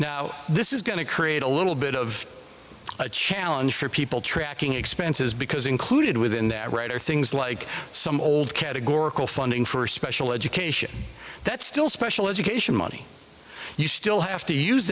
now this is going to create a little bit of a challenge for people tracking expenses because included within their right are things like some old categorical funding for special education that's still special education money you still have to use